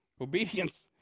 Obedience